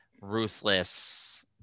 ruthless